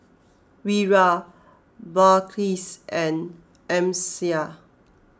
Wira Balqis and Amsyar